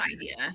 idea